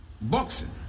boxing